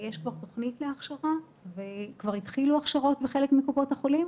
יש כבר תוכנית להכשרה וכבר התחילו הכשרות בחלק מקופות החולים.